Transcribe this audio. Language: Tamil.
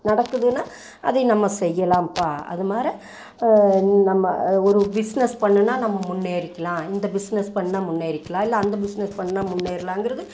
நடக்குதுன்னா அதை நம்ம செய்யலாம்பா அது மாரி நம்ம ஒரு பிஸ்னஸ் பண்ணுனால் நம்ம முன்னேறிக்கலாம் இந்த பிஸ்னஸ் பண்ணால் முன்னேறிக்கலாம் இல்லை அந்த பிஸ்னஸ் பண்ணால் முன்னேறலாங்கிறது